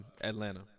Atlanta